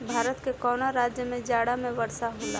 भारत के कवना राज्य में जाड़ा में वर्षा होला?